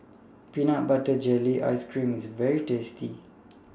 Peanut Butter Jelly Ice Cream IS very tasty